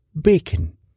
Bacon